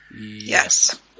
Yes